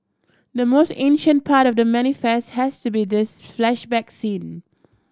the most ancient part of The Manifest has to be this flashback scene